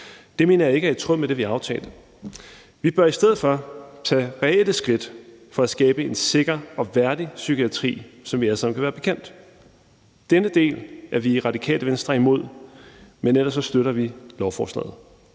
Det mener jeg ikke er i tråd med det, vi aftalte. Vi bør i stedet for tage reelle skridt for at skabe en sikker og værdig psykiatri, som vi alle sammen kan være bekendt. Denne del er vi i Radikale Venstre imod, men ellers støtter vi lovforslaget.